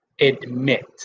admit